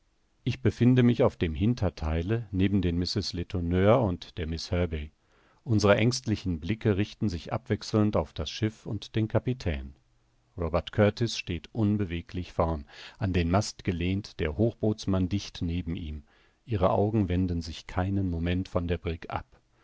ich befinde mich auf dem hintertheile neben den mrs letourneur und der miß herbey unsere ängstlichen blicke richten sich abwechselnd auf das schiff und den kapitän robert kurtis steht unbeweglich vorn an den mast gelehnt der hochbootsmann dicht neben ihm ihre augen wenden sich keinen moment von der brigg ab